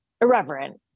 irreverent